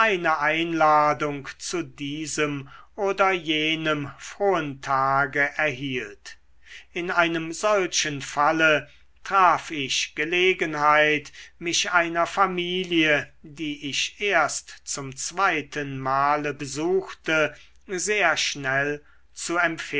eine einladung zu diesem oder jenem frohen tage erhielt in einem solchen falle traf ich gelegenheit mich einer familie die ich erst zum zweiten male besuchte sehr schnell